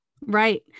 Right